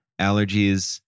allergies